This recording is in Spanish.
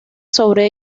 sobre